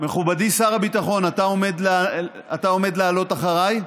מכובדי שר הביטחון, אתה עומד לעלות אחריי?